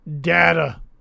Data